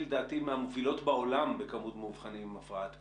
לדעתי מהמובילות בעולם בכמות מאובחנים עם הפרעת קשב,